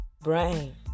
brain